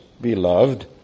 beloved